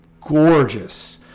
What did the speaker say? gorgeous